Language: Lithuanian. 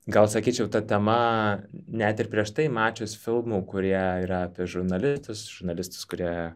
gal sakyčiau ta tema net ir prieš tai mačius filmų kurie yra apie žurnalistus žurnalistus kurie